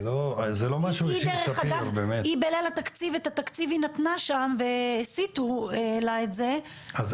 היא בליל התקציב היא נתנה שם והסיטו לה את זה,